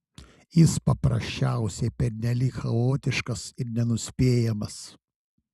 jis paprasčiausiai pernelyg chaotiškas ir nenuspėjamas